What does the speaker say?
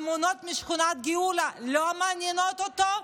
התמונות משכונת גאולה לא מעניינות אותו?